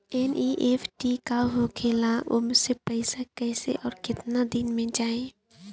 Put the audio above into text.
NEFT का होखेला और ओसे पैसा कैसे आउर केतना दिन मे जायी?